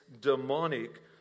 demonic